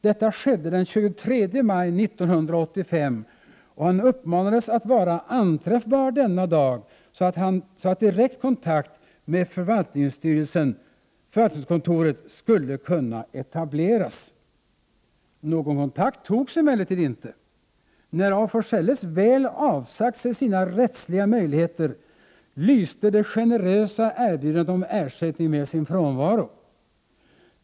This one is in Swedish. Detta skedde den 23 maj 1985, och han uppmanades att vara anträffbar denna dag så att direkt kontakt med förvaltningskontoret skulle kunna etableras. Någon kontakt togs emellertid inte. När af Forselles väl avsagt sig sina rättsliga möjligheter lyste det generösa erbjudandet om ersättning med sin frånvaro.